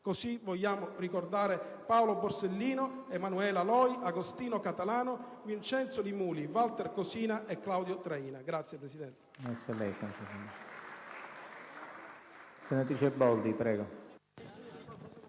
Così vogliamo ricordare Paolo Borsellino, Emanuela Loi, Agostino Catalano, Vincenzo Li Muli, Walter Cosina e Claudio Traina. *(Applausi